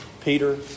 Peter